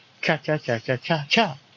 cha-cha-cha-cha-cha-cha